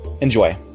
Enjoy